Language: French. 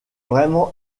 vraiment